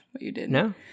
No